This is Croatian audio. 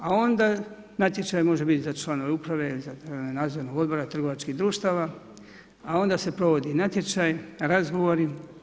A onda natječaj može biti za članove uprave, za nadzorne odbore, trgovačkih društava, a onda se provodi natječaj, razgovori.